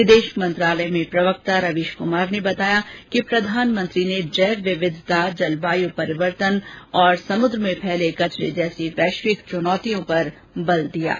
विदेश मंत्रालय में प्रवक्ता रवीश कुमार ने बताया कि प्रधानमंत्री ने जैव विविधता जलवायु परिवर्तन और समुद्र में फैले कचरे जैसी वैश्विक चुनौतियों पर बल दिया गया